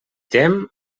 tem